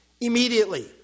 Immediately